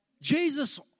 Jesus